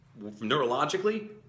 neurologically